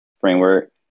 framework